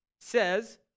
says